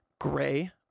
gray